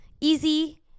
Easy